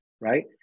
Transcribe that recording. right